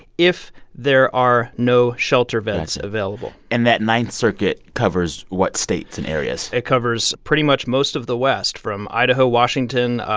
if there are no shelter beds available and that ninth circuit covers what states and areas? it covers pretty much most of the west from idaho, washington,